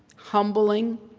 humbling,